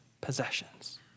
possessions